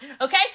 Okay